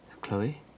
Chloe